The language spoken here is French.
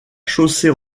chaussée